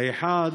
האחד,